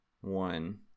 one